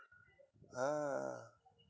ah